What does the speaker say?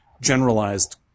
generalized